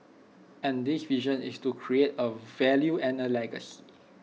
and this vision is to create A value and A legacy